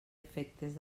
efectes